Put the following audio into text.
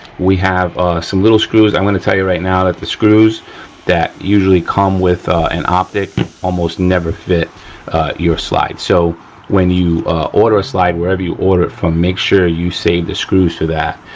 we have some little screws. i'm gonna tell you right now that the screws that usually come with an optic almost never fit your slide, so when you order a slide, wherever you order it from make sure you save the screws for that.